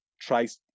tries